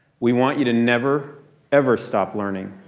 we want you to never ever stop learning.